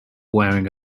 wearing